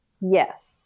yes